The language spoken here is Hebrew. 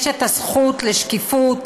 הזכות לשקיפות,